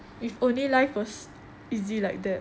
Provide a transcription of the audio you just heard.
if only life was easy like that